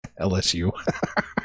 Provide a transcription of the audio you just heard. LSU